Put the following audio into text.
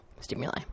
stimuli